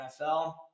NFL